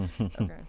okay